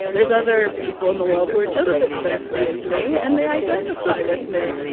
there's other people in the world who are just as thirsty as me, and they identify with me.